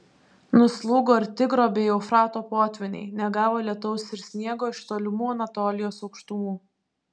nuslūgo ir tigro bei eufrato potvyniai negavo lietaus ir sniego iš tolimų anatolijos aukštumų